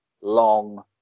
long